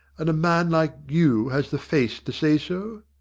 and a man like you has the face to say so?